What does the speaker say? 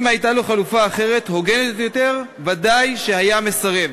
ואם הייתה לו חלופה הוגנת יותר, ודאי שהיה מסרב.